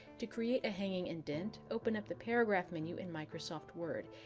to create a hanging indent, open up the paragraph menu in microsoft word.